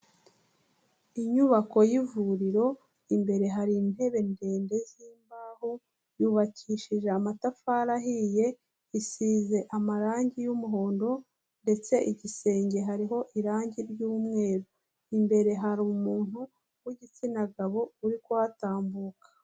Inyubako y'ivuriro, imbere hari intebe ndende z'imbaho, yubakishije amatafari ahiye, isize amarangi y'umuhondo ndetse igisenge hariho irangi ry'umweru. Imbere hari umuntu w'igitsina gabo uri kuhatambuka.